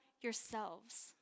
yourselves